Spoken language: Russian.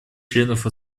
членов